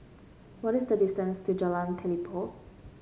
what is the distance to Jalan Telipok